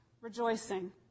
rejoicing